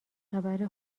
خبر